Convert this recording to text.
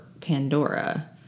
Pandora